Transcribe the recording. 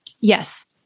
Yes